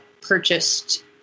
purchased